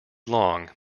long